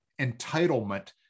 entitlement